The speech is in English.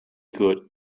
good